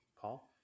Paul